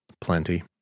plenty